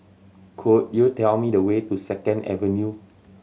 could you tell me the way to Second Avenue